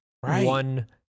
one